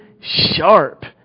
sharp